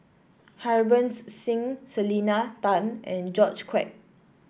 Harbans Singh Selena Tan and George Quek